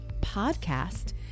podcast